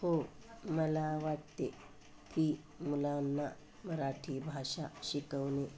हो मला वाटते की मुलांना मराठी भाषा शिकवणे